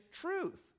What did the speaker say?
truth